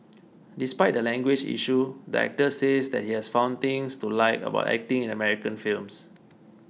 despite the language issue the actor says that he has found things to like about acting in American films